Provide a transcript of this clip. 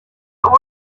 order